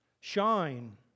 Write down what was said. shine